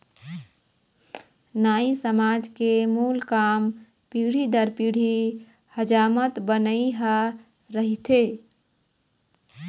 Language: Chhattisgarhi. नाई समाज के मूल काम पीढ़ी दर पीढ़ी हजामत बनई ह रहिथे